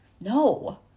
No